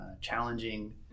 challenging